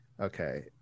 okay